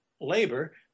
labor